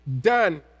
done